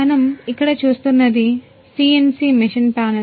మనము ఇక్కడ చూస్తున్నది సిఎన్సి మెషిన్ ప్యానెల్